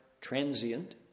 transient